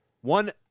One